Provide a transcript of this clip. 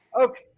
Okay